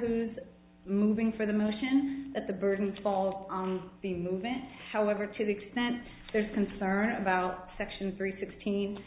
who's moving for the motion that the burden falls on the movement however to the extent there's concern about section three sixteen